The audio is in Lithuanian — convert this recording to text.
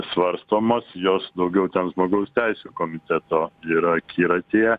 svarstomos jos daugiau ten žmogaus teisių komiteto yra akiratyje